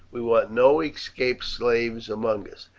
we want no escaped slaves among us.